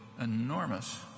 enormous